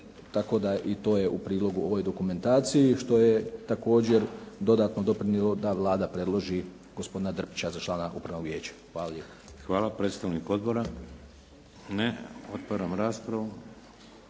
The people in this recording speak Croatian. tako da i to je u prilogu ovoj dokumentaciji što je također dodatno doprinijelo da Vlada predloži gospodina Drpića za člana Upravnog vijeća. Hvala lijepa. **Šeks, Vladimir (HDZ)** Hvala. Predstavnik odbora. Ne. Otvaram raspravu.